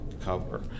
cover